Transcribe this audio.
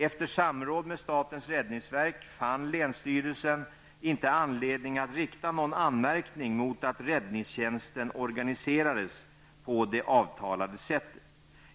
Efter samråd med statens räddningsverk fann länsstyrelsen inte anledning att rikta någon anmärkning mot att räddningstjänsten organiserades på det avtalade sättet.